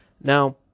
now